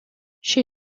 she